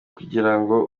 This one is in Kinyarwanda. kugirango